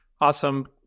Awesome